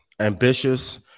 ambitious